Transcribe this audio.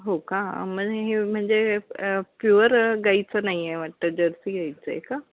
हो का मग हे म्हणजे प्युअर गाईचं नाही आहे वाटतं जर्सी गाईचं आहे का